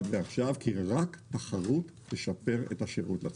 ועכשיו כי רק תחרות תשפר את השירות לציבור.